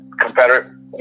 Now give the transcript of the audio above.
Confederate